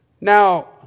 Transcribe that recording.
Now